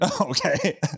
okay